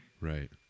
Right